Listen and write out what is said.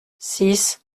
six